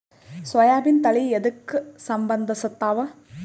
ಸೋಯಾಬಿನ ತಳಿ ಎದಕ ಸಂಭಂದಸತ್ತಾವ?